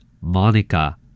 Monica